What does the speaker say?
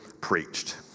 preached